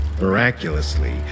Miraculously